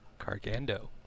Cargando